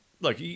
look